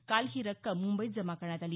काल ही रक्कम मुंबईत जमा करण्यात आली